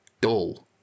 dull